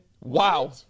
Wow